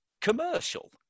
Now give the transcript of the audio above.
commercial